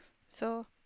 so